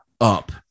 up